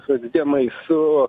socdemai su